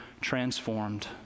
transformed